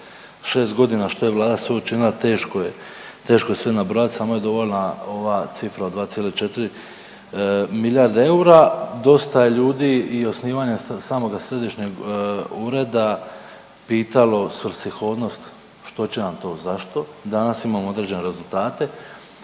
šest godina što je Vlada sve učinila, teško je sve nabrojati. Samo je dovoljna ova cifra od 2,4 milijarde eura. Dosta je ljudi i osnivanja samoga središnjeg ureda pitalo svrsishodnost što će nam to, zašto? I danas imamo određene rezultate.